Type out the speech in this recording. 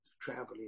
traveling